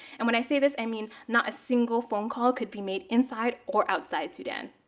and when i say this, i mean not a single phone call could be made inside or outside sudan.